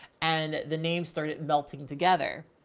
and the names started melting together.